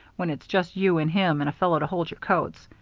when it's just you and him and a fellow to hold your coats.